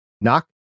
Knock